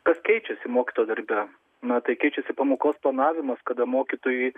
kas keičiasi mokytojo darbe na tai keičiasi pamokos planavimas kada mokytojai